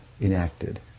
enacted